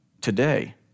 today